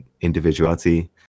individuality